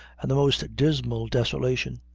and the most dismal desolation.